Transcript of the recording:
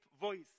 voice